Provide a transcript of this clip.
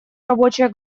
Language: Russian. рабочая